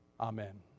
Amen